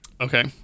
Okay